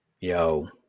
yo